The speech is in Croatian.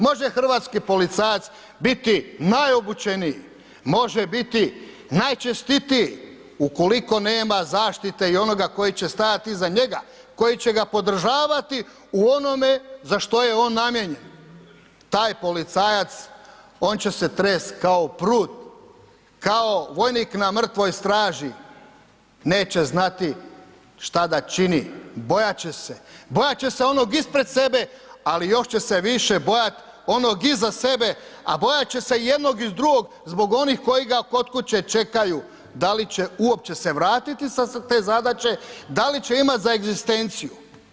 Može hrvatski policajac biti najobučeniji, može biti najčestitiji ukoliko nema zaštite i onoga koji će stajat iza njega, koji će ga podržavati u onome za što je on namijenjen, taj policajac, on će se trest kao prut, kao vojnik na mrtvoj straži, neće znati šta da čini, bojat će se, bojat će se onog ispred sebe ali još će se više bojati onog iza sebe a bojat će se jednog i drugog zbog onih koji ga kod kuće čekaju da li će uopće se vratiti sa te zadaće, da li će imat za egzistenciju.